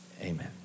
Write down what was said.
Amen